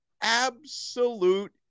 absolute